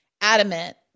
adamant